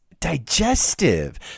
Digestive